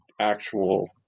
actual